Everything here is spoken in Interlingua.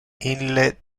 ille